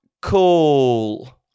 cool